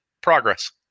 progress